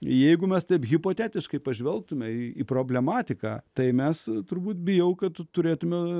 jeigu mes taip hipotetiškai pažvelgtumei į problematiką tai mes turbūt bijau kad turėtumėme